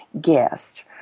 guest